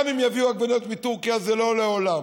גם אם יביאו עגבניות מטורקיה, זה לא לעולם,